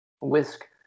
whisk